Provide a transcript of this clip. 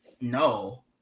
No